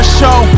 show